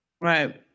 Right